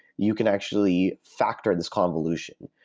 you can actually factor this convolution.